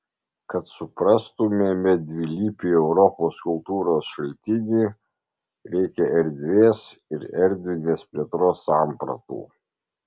kad suprastumėme dvilypį europos kultūros šaltinį reikia erdvės ir erdvinės plėtros sampratų